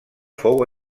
fou